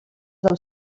del